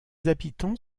habitants